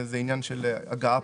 זה עניין של הגהה.